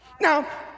Now